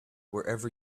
wherever